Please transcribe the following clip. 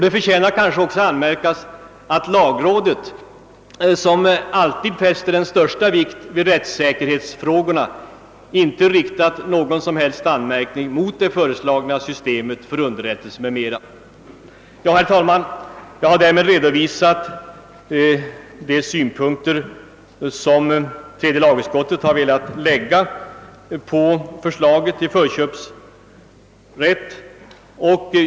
Det förtjänar också nämnas att lagrådet, som alltid fäster den största vikt vid rättssäkerhetsfrågorna, inte har riktat någon som helst anmärkning mot det föreslagna systemet för underrättelser m.m. Herr talman! Med detta har jag redovisat de synpunkter som tredje lagutskottet har velat lägga på förslaget till förköpsrätt.